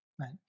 Right